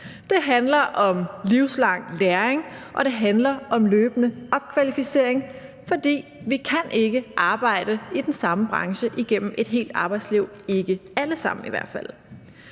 Det handler om livslang læring, og det handler om løbende opkvalificering, for vi kan ikke arbejde i den samme branche igennem et helt arbejdsliv – ikke alle sammen